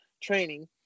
training